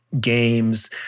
Games